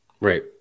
Right